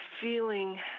feeling